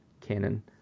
canon